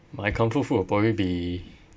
my comfort food will probably be